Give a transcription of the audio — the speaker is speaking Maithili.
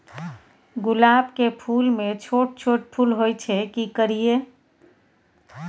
गुलाब के फूल में छोट छोट फूल होय छै की करियै?